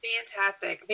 Fantastic